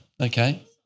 Okay